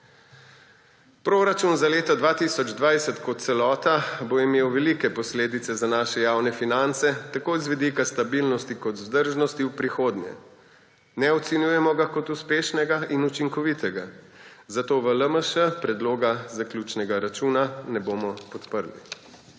Proračun za leto 2020 kot celota bo imel velike posledice za naše javne finance tako z vidika stabilnosti kot vzdržnosti v prihodnje. Ne ocenjujemo ga kot uspešnega in učinkovitega. Zato v LMŠ predloga zaključnega računa ne bomo podprli.